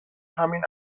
همین